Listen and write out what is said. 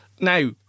Now